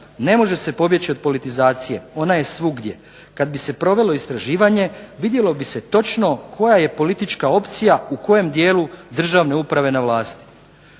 "Ne može se pobjeći od politizacije, ona je svugdje. Kada bi se provelo istraživanje vidjelo bi se točno koja je politička opcija u kojem djelu državne uprave na vlasti".